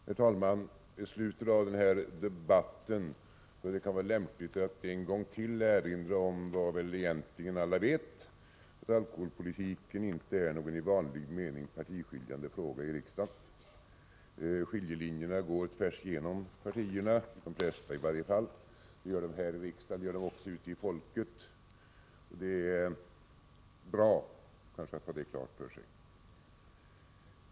Herr talman! I slutet av den här debatten kan det vara lämpligt att ytterligare en gång erinra om vad väl egentligen alla vet: att alkoholpolitiken inte är någon i vanlig mening partiskiljande fråga i riksdagen. Skiljelinjerna— i varje fall de flesta — går tvärs igenom partierna. Det gör de här i riksdagen och också ute hos allmänheten. Det är kanske bra att ha detta klart för sig.